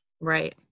Right